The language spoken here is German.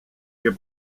wir